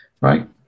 Right